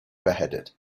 beheaded